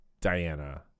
diana